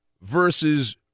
versus